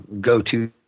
go-to